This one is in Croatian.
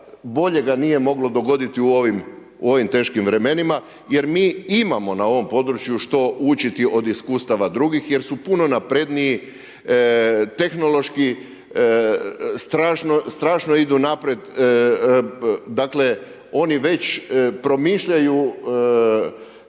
boljega nije moglo dogoditi u ovim teškim vremenima jer mi imamo na ovom području što učiti od iskustava drugih jer su puno napredniji tehnološki, strašno idu naprijed, dakle oni već promišljaju